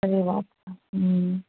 अरे वाह